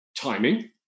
timing